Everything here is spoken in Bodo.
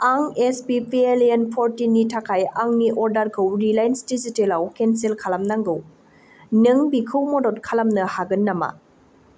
आं एसबिएलएन फरटिननि थाखाय आंनि अर्डारखौ रिलाइन्स डिजिटेलाव केन्सेल खालाम नांगौ नों बेखौ मदद खालामनो हागोन नामा